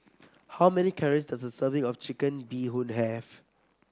how many calories does a serving of Chicken Bee Hoon have